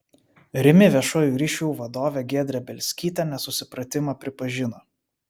rimi viešųjų ryšių vadovė giedrė bielskytė nesusipratimą pripažino